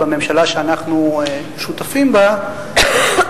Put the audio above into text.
בממשלה שאנחנו שותפים בה,